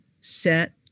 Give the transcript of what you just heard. set